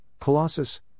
Colossus